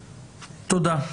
תודה.